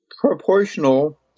proportional